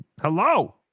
Hello